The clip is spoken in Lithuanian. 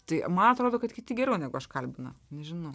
tai ma atrodo kad kiti geriau negu aš kalbina nežinau